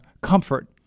comfort